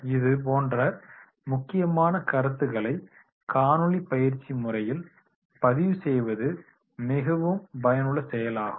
இது போன்ற முக்கியமான கருத்துக்களை காணொளிப் பயிற்சி முறையில் பதிவு செய்வது மிகவும் பயனுள்ள செயலாகும்